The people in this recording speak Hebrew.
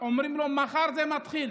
אומרים לו: מחר זה מתחיל.